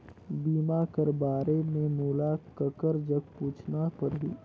बीमा कर बारे मे मोला ककर जग पूछना परही?